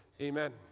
Amen